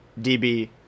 DB